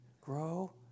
grow